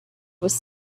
was